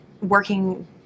working